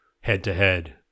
head-to-head